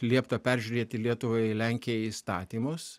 liepta peržiūrėti lietuvai lenkijai įstatymus